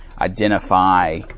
identify